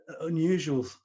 unusual